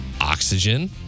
Oxygen